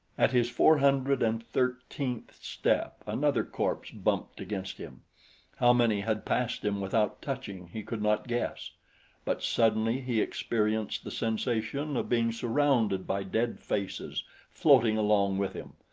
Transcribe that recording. at his four hundred and thirteenth step another corpse bumped against him how many had passed him without touching he could not guess but suddenly he experienced the sensation of being surrounded by dead faces floating along with him,